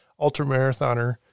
ultramarathoner